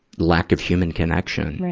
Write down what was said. lack of human connection.